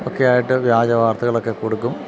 ഒക്കെയായിട്ട് വ്യാജ വാർത്തകളൊക്കെ കൊടുക്കും